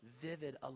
vivid